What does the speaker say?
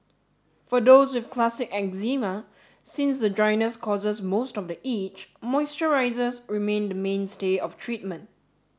for those with classic eczema since the dryness causes most of the itch moisturisers remain the mainstay of treatment